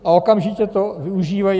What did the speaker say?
A okamžitě to využívají.